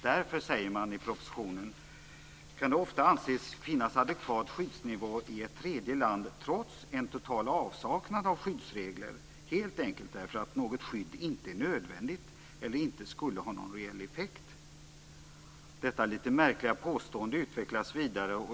Därför säger man i propositionen att det ofta kan anses finnas adekvat skyddsnivå i ett tredje land trots en total avsaknad av skyddsregler helt enkelt därför att något skydd inte är nödvändigt eller inte skulle ha någon reell effekt. Detta lite märkliga påstående utvecklas vidare.